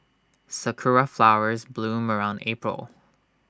Sakura Flowers bloom around April